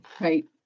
Right